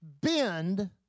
bend